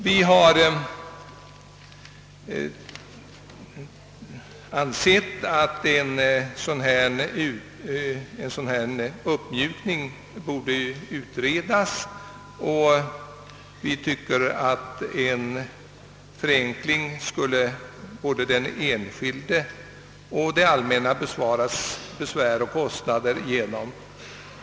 Vi har ansett att möjligheterna för en sådan uppmjukning borde utredas och menar att den åsyftade förenklingen skulle bespara både den enskilde och det allmänna besvär och kostnader.